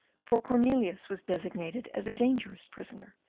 for cornelius was designated as a dangerous prisoner,